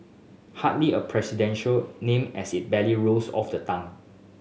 hardly a presidential name as it barely rolls off the tongue